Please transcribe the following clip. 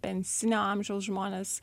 pensinio amžiaus žmonės